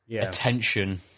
attention